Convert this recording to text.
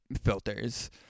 Filters